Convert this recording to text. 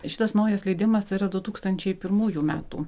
šitas naujas leidimas yra du tūkstančiai pirmųjų metų